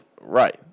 right